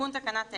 התקנות העיקריות),